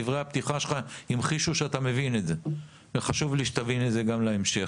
דברי הפתיחה שלך המחישו שאתה מבין את זה וחשוב לי שתבין את זה גם להמשך.